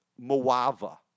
Moava